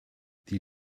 die